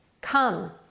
Come